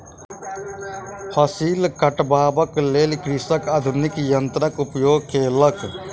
फसिल कटबाक लेल कृषक आधुनिक यन्त्रक उपयोग केलक